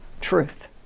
truth